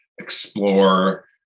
explore